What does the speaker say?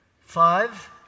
five